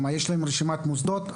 שלה יש רשימת מוסדות,